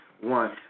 one